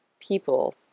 people